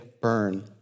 burn